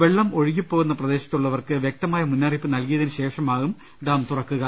വെള്ളം ഒഴുകി പോകുന്ന പ്രദേശത്തുള്ളവർക്ക് വൃക്തമായ മുന്നറിയിപ്പ് നൽകിയതിനു ശേഷമാകും ഡാം തുറക്കുക